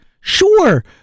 Sure